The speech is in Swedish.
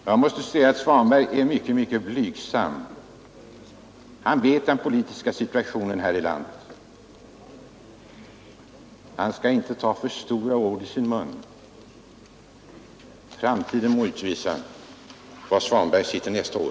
Herr talman! Jag måste säga att herr Svanberg är mycket blygsam. Han känner till hurdan den politiska situationen är i landet. Han skall inte ta för stora ord i sin mun. Framtiden må utvisa var herr Svanberg sitter nästa år.